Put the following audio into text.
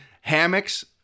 hammocks